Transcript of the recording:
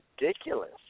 ridiculous